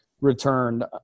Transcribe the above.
returned